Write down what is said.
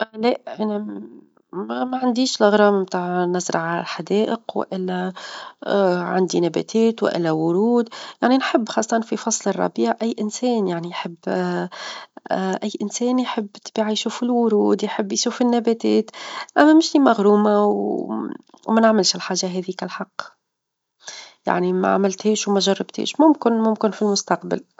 لأ انا ما عنديش الغرام بتاع نزرع حدائق، والا عندي نباتات، والا ورود، يعنى نحب خاصة في فصل الربيع -أي إنسان يعني يحب- أي إنسان يحب بالطبيعة يشوف الورود، يحب يشوف النباتات، أما مشي مغرومة، وما نعملش الحاجة هذيك الحق يعني ما عملتهاش، وما جربتهاش ممكن ممكن في المستقبل.